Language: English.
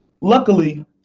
Luckily